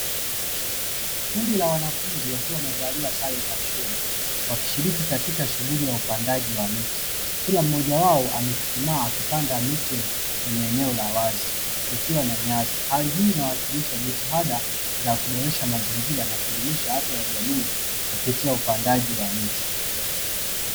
Kundi la wanafunzi wakiwa wamevalia sare za shule wakishiriki katika shughuli ya uoa saji wa miti, kila mmoja wao amechuchumaa akipanda miche kwenye eneo la wazi likiwa na nyasi. Hali hii inawakikisha jitihada za kuboresha mazingira na kudumisha afya ya jamii, kupitia upandaji wa miti.